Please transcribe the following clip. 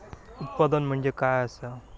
उत्पादन म्हणजे काय असा?